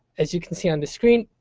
as you can see on the screen,